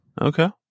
Okay